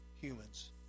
humans